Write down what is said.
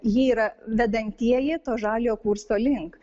jie yra vedantieji to žaliojo kurso link